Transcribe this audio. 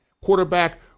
quarterback